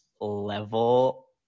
level